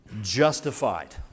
justified